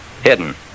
Hidden